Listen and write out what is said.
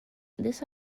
this